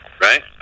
right